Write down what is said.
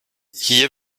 hier